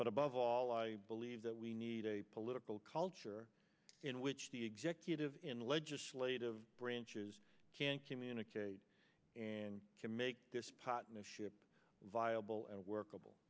but above all i believe that we need a political culture in which the executive and legislative branches can communicate and can make their spot in a ship viable and workable